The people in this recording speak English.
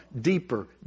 Deeper